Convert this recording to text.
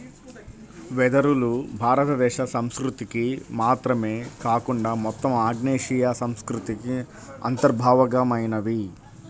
వెదురులు భారతదేశ సంస్కృతికి మాత్రమే కాకుండా మొత్తం ఆగ్నేయాసియా సంస్కృతికి అంతర్భాగమైనవి